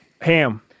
Ham